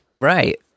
right